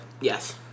Yes